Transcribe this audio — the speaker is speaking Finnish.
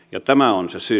ja tämä on se syy